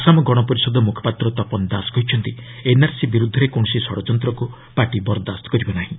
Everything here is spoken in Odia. ଆସାମ ଗଣପରିଷଦ ମୁଖପାତ୍ର ତପନ ଦାସ କହିଛନ୍ତି ଏନ୍ଆର୍ସି ବିରୁଦ୍ଧରେ କୌଣସି ଷଡ଼ଯନ୍ତ୍ରକୁ ପାର୍ଟି ବରଦାସ୍ତ କରିବ ନାହିଁ